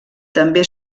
també